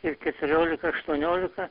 ir keturiolika aštuoniolika